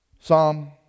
Psalm